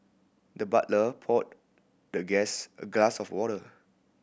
the butler poured the guest a glass of water